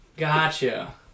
Gotcha